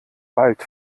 bald